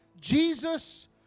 Jesus